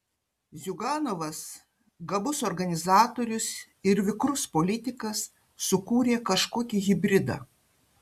ziuganovas gabus organizatorius ir vikrus politikas sukūrė kažkokį hibridą